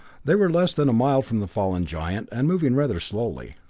they were less than a mile from the fallen giant, and moving rather slowly.